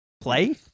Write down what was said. Play